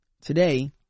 today